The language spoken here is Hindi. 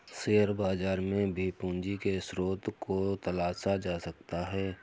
शेयर बाजार में भी पूंजी के स्रोत को तलाशा जा सकता है